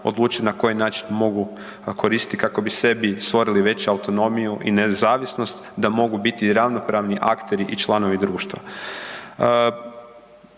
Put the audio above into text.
odlučili na koji način mogu koristiti kako bi sebi stvorili veću autonomiju i nezavisnost da mogu biti ravnopravni akteri i članovi društva.